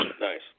Nice